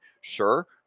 sure